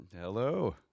Hello